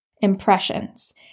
Impressions